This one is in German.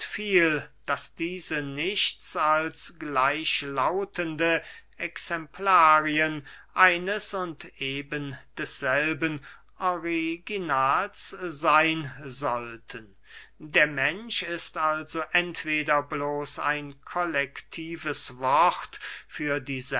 viel daß diese nichts als gleichlautende exemplarien eines und ebendesselben originals seyn sollten der mensch ist also entweder bloß ein kollektives wort für die